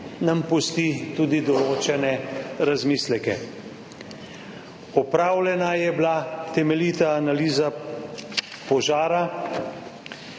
pusti tudi določene razmisleke. Opravljena je bila temeljita analiza požara,